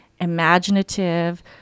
imaginative